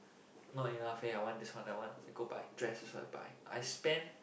not enough eh I want this one that one I go buy dress also I buy I spend